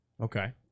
Okay